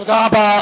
תודה רבה.